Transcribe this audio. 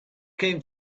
came